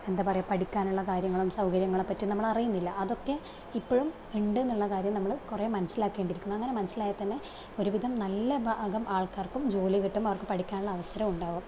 എന്താ പറയുക പഠിക്കാനുള്ള കാര്യങ്ങളും സൗകര്യങ്ങളെ പറ്റിയും നമ്മൾ അറിയുന്നില്ല അതൊക്കെ ഇപ്പോഴും ഉണ്ട് എന്നുള്ള കാര്യം നമ്മള് കുറെ മനസ്സിലാക്കേണ്ടിയിരിക്കുന്നു അങ്ങനെ മനസ്സിലായാൽ തന്നെ ഒരുവിധം നല്ല ഭാഗം ആൾക്കാർക്കും ജോലി കിട്ടും അവർക്ക് പഠിക്കാനുള്ള അവസരവും ഉണ്ടാകും